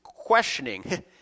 questioning